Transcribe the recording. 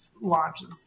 launches